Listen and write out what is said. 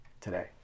today